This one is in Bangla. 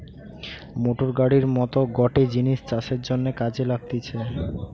মোটর গাড়ির মত গটে জিনিস চাষের জন্যে কাজে লাগতিছে